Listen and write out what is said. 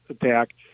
attack